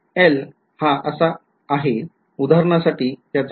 L हा असा आहे उदाहरणा साठी त्याचा विचार करा